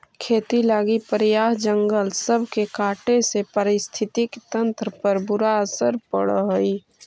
खेती लागी प्रायह जंगल सब के काटे से पारिस्थितिकी तंत्र पर बुरा असर पड़ हई